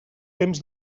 temps